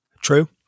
true